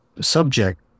subject